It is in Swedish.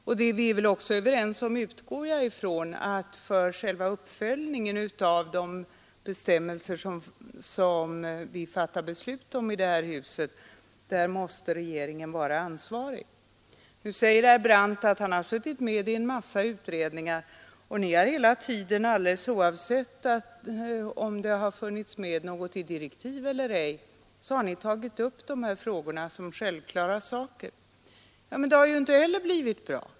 Vi är väl också överens om, utgår jag från, att regeringen måste vara ansvarig för själva uppföljningen av de bestämmelser vi fattar beslut om i detta hus. Herr Brandt framhåller att han har suttit med i en massa utredningar, som hela tiden, oavsett om det funnits med något därom i direktiven eller ej, har tagit upp dessa frågor såsom självklara saker. Men det har inte heller blivit bra.